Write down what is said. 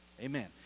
Amen